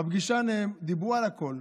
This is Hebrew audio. בפגישה דיברו על הכול,